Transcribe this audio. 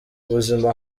ubuzima